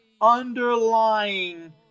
underlying